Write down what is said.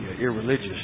irreligious